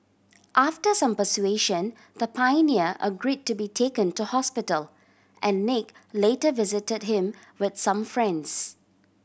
after some persuasion the pioneer agree to be taken to hospital and Nick later visited him with some friends